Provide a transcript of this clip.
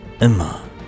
Emma